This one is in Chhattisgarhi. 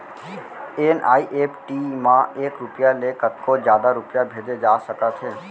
एन.ई.एफ.टी म एक रूपिया ले कतको जादा रूपिया भेजे जा सकत हे